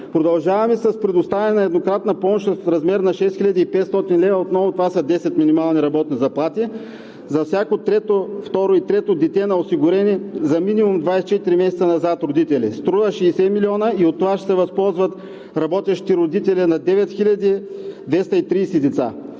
Продължаваме с предоставяне на еднократна помощ в размер на 6500 лв. – отново това са 10 минимални работни заплати, за всяко второ и трето дете на осигурени за минимум 24 месеца назад родители. Струва 60 милиона и от това ще се възползват работещите родители на 9230 деца.